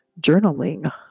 journaling